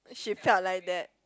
she felt like that